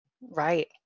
Right